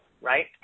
right